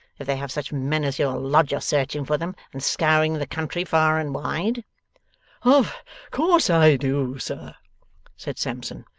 if they have such men as your lodger searching for them, and scouring the country far and wide of course i do, sir said sampson.